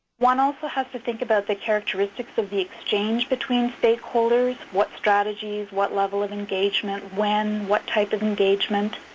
one also has to think about the characteristics of the exchange between stakeholders, what strategies, what level of engagement, when, when, what type of engagement.